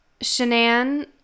Shanann